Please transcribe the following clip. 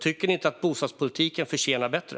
Tycker ni inte att bostadspolitiken förtjänar bättre?